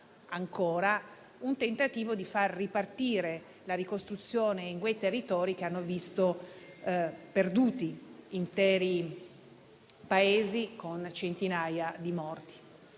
ancora, un tentativo di far ripartire la ricostruzione in quei territori che hanno visto andare perduti interi paesi, con centinaia di morti.